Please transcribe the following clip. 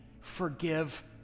forgive